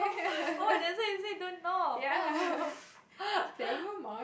oh that's why you say don't knock oh oh oh